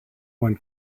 one